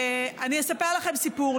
אני אספר לכם סיפור.